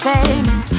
famous